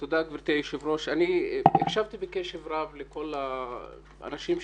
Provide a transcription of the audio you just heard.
אומר את זה בכנות,